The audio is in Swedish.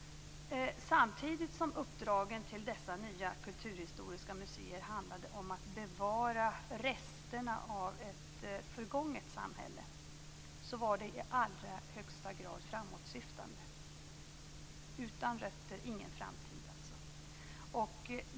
Samtidigt som uppdragen till dessa nya kulturhistoriska museer handlade om att bevara resterna av ett förgånget samhälle var det i allra högsta grad framåtsyftande. Alltså: Utan rötter, ingen framtid.